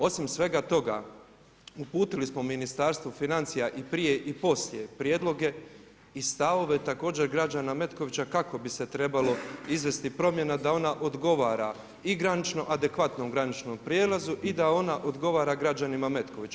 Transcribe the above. Osim svega toga uputili smo Ministarstvu financija i prije i poslije prijedloge i stavove, također građana Metkovića kako bi se trebala izvesti promjena da ona odgovara i granično, adekvatnom graničnom prijelazu i da ona odgovara građanima Metkovića.